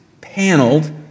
paneled